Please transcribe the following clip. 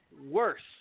worse